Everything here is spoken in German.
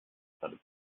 gerade